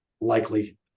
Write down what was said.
likely